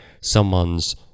Someone's